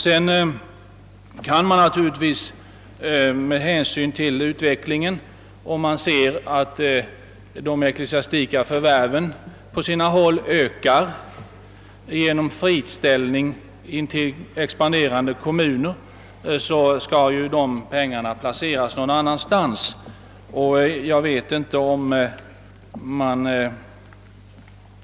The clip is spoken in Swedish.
Om de ecklesiastika marktillgångarna på sina håll, med hänsyn till utvecklingen, säljs till närliggande expanderande kommuner och kyrkan alltså får pengar friställda skall de pengarna placeras någon annanstans.